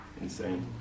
Insane